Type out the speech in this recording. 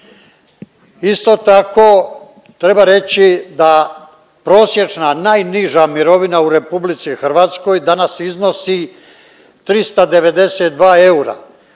Isto tako treba reći da prosječna najniža mirovina u RH danas iznosi 392 eura,